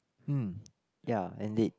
hmm ya indeed